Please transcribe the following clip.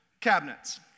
cabinets